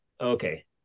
Okay